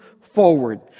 forward